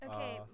Okay